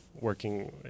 working